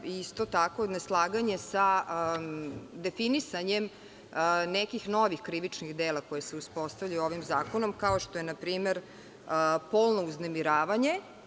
Postoji isto tako neslaganje sa definisanjem nekih novih krivičnih dela koja se uspostavljaju ovim zakonom, kao što je npr. polno uznemiravanje.